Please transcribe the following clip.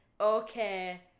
Okay